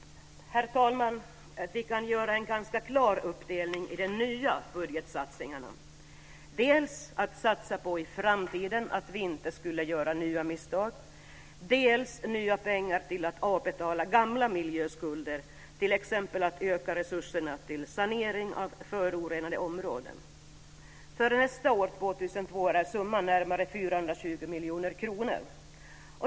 Herr talman! Vi kan göra en ganska klar uppdelning i de nya budgetsatsningarna. Dels gäller det att i framtiden satsa på att inte göra nya misstag, dels gäller det att satsa nya pengar till att avbetala gamla miljöskulder, t.ex. att öka resurserna till sanering av förorenade områden. För nästa år, 2002, är summan närmare 420 miljoner kronor.